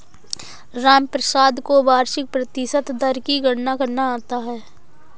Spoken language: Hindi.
रामप्रसाद को वार्षिक प्रतिशत दर की गणना करना आता है